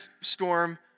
storm